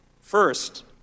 first